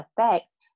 effects